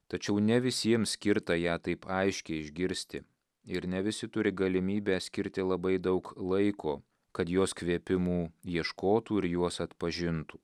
tačiau ne visiems skirta ją taip aiškiai išgirsti ir ne visi turi galimybę skirti labai daug laiko kad jos kvėpimų ieškotų ir juos atpažintų